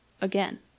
Again